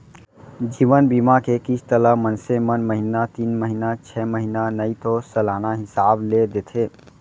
जीवन बीमा के किस्त ल मनसे मन महिना तीन महिना छै महिना नइ तो सलाना हिसाब ले देथे